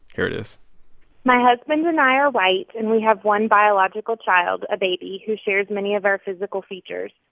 here it is my husband and i are white, and we have one biological child, a baby, who shares many of our physical features.